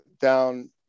down